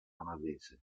canadese